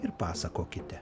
ir pasakokite